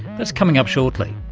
that's coming up shortly.